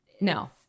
No